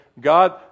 God